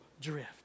drift